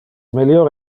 melior